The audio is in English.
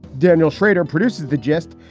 daniel shrader produces the gist.